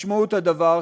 משמעות הדבר,